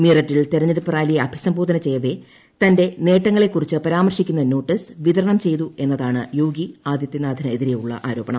മീററ്റിൽ തെരഞ്ഞെടുപ്പ് റാലിയെ അഭിസംബോധന ചെയ്യവേ തന്റെ നേട്ടങ്ങളെ കുറിച്ച് പരാമർശിക്കുന്ന നോട്ടീസ് വിതരണം ചെയ്തു എന്നതാണ് യോഗി ആദിത്യനാഥിനെതിരെയുള്ള ആരോപണം